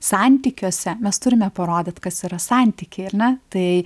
santykiuose mes turime parodyt kas yra santykiai ar ne tai